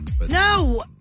No